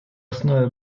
основе